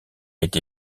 été